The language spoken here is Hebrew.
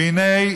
והינה,